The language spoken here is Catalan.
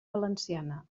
valenciana